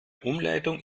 umleitung